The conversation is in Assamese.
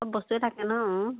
চব বস্তুয়ে থাকে ন অঁ